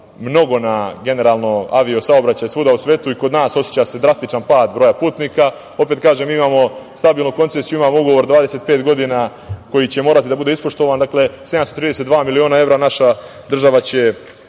mnogo na avio-saobraćaj svuda u svetu, i kod nas, oseća se drastičan pad broja putnika. Opet kažem, mi imamo stabilnu koncesiju, imamo ugovor 25 godina, koji će morati da bude ispoštovan. Dakle, 732 miliona evra. Naša država će